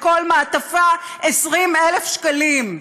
בכל מעטפה 20,000 שקלים.